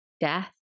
death